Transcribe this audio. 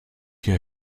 hier